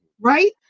right